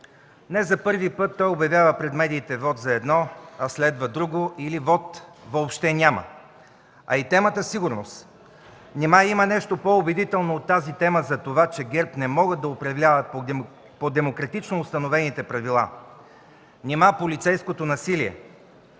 Не за първи път той обявява пред медиите вот за едно, а следва друго или вот въобще няма. А и темата „Сигурност” – нима има нещо по-убедително от тази тема за това, че ГЕРБ не могат да управляват по демократично установените правила, нима полицейското насилие,